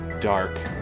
dark